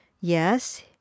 yes